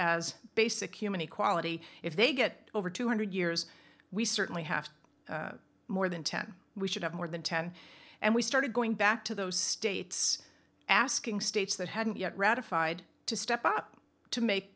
as basic human equality if they get over two hundred years we certainly have more than ten we should have more than ten and we started going back to those states asking states that hadn't yet ratified to step up to make